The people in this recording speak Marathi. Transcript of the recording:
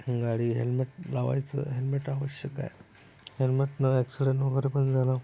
गाडी हेल्मेट लावायचं हेल्मेट आवश्यक आहे हेल्मेटनं ॲक्सिडेंट वगैरे पण जरा